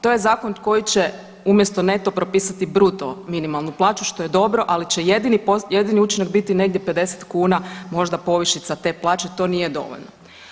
To je zakon koji će umjesto neto propisati bruto minimalnu plaću što je dobro, ali će jedini učinak biti negdje 50 kuna možda povišica te plaće, to nije dovoljno.